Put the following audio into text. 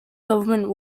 government